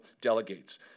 delegates